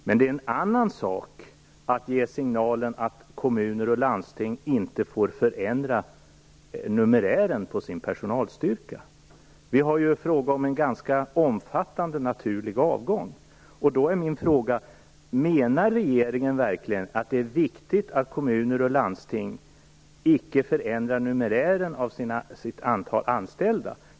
Men det är en annan sak att ge signalen att kommuner och landsting inte får förändra numerären på sin personalstyrka. Det är fråga om en ganska omfattande naturlig avgång. Menar regeringen verkligen att det är viktigt att kommuner och landsting icke förändrar antalet anställda?